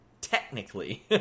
Technically